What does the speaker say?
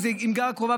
אם היא גרה קרוב,